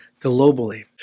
globally